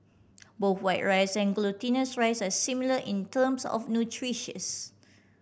both white rice and glutinous rice are similar in terms of nutritions